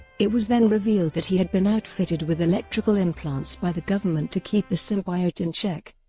it was then revealed that he had been outfitted with electrical implants by the government to keep the symbiote in check.